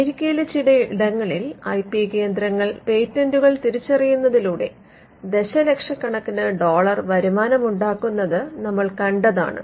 അമേരിക്കയിലെ ചില ഇടങ്ങളിൽ ഐ പി കേന്ദ്രങ്ങൾ പേറ്റന്റുകൾ തിരിച്ചറിയുന്നതിലൂടെ ദശലക്ഷകണക്കിന് ഡോളർ വരുമാനമുണ്ടാക്കുന്നത് നമ്മൾ കണ്ടതാണ്